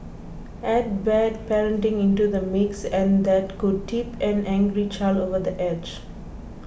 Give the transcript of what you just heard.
add bad parenting into the mix and that could tip an angry child over the edge